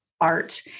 Art